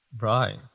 Right